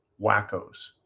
wackos